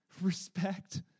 respect